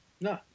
No